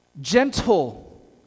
gentle